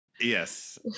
yes